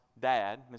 dad